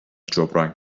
جبران